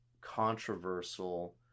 controversial